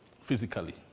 physically